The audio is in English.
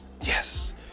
yes